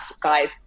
guys